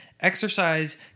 exercise